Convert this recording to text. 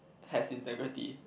has integrity